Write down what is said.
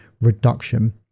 reduction